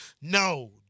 no